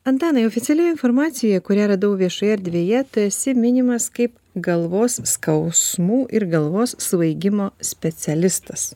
antanai oficiali informacija kurią radau viešoje erdvėje tu esi minimas kaip galvos skausmų ir galvos svaigimo specialistas